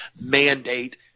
mandate